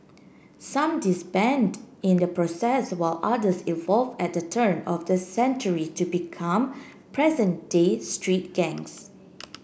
some disband in the process while others evolve at turn of the century to become present day street gangs